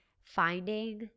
finding